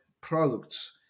products